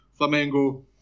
Flamengo